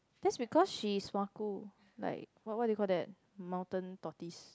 that because she is sua ku like what what do you call that mountain tortoise